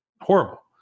horrible